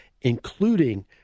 including